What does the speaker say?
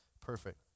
Perfect